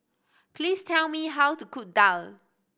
please tell me how to cook daal